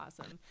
awesome